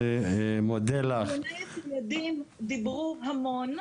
ארגוני הציידים דיברו המון.